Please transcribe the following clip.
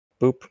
Boop